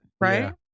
right